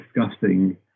discussing